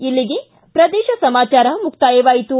ಇಲ್ಲಿಗೆ ಪ್ರದೇಶ ಸಮಾಚಾರ ಮುಕ್ತಾಯವಾಯಿತು